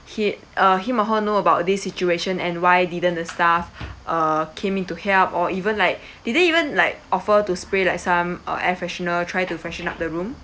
hi~ uh him or her know about this situation and why didn't the staff uh came in to help or even like did they even like offer to spray like some uh air freshener try to freshen up the room